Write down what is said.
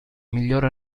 miglior